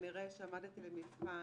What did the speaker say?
כנראה שעמדתי במבחן.